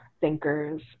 thinkers